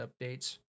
updates